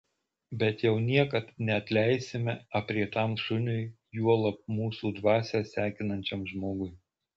bet jau niekad neatleisime aprietam šuniui juolab mūsų dvasią sekinančiam žmogui